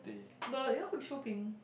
the you know who is Shu-Ping